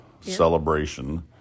celebration